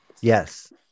Yes